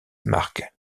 marques